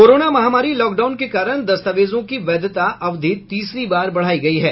corona महामारी lockdown के कारण दस्तावेजों की वैधता अवधि तीसरी बार बढाई गई है